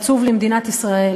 עצוב למדינת ישראל,